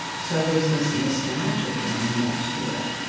so there's this nostalgic element to it,